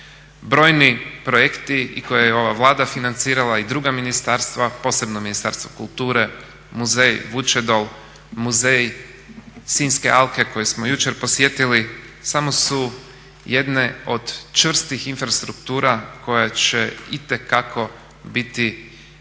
Brojni projekti i koje je ova Vlada financirala i druga ministarstva, posebno Ministarstvo kulture, Muzej Vučedol, Muzej sinjske alke koji smo jučer posjetili, samo su jedne od čvrstih infrastruktura koje će itekako biti